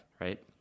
right